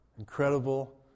Incredible